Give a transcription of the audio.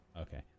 Okay